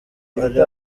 ari